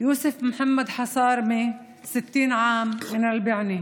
יוסף מוחמד חסארמה, בן 60, בענה,